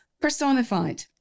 personified